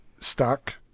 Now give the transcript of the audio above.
stock